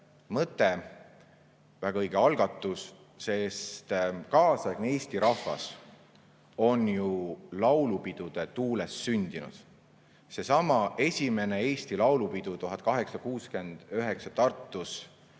mõte, väga õige algatus, sest kaasaegne eesti rahvas on ju laulupidude tuules sündinud. Seesama esimene eesti laulupidu 1869 Tartus,